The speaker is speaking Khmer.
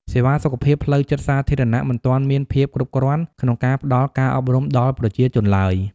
សេវាសុខភាពផ្លូវចិត្តសាធារណៈមិនទាន់មានភាពគ្រប់គ្រាន់ក្នុងការផ្តល់ការអប់រំដល់ប្រជាជនឡើយ។